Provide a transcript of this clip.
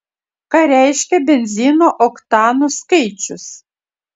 ką reiškia benzino oktanų skaičius